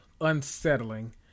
unsettling